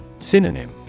Synonym